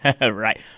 Right